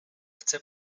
chce